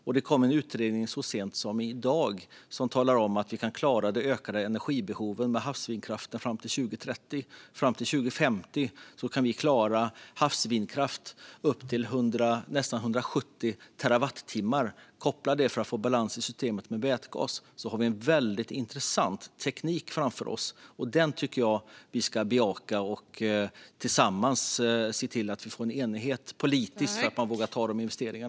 Så sent som i dag kom det en utredning som talar om att vi kan klara det ökade energibehovet med havsvindkraft fram till 2030. Fram till 2050 kan havsvindkraft producera nästan 170 terawattimmar. Kopplar man det med vätgas för att få balans i systemet har vi en väldigt intressant teknik framför oss, och den tycker jag att vi ska bejaka. Låt oss se till att få politisk enighet så att vi vågar göra dessa investeringar.